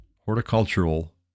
horticultural